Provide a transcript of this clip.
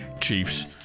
chiefs